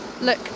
look